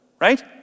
Right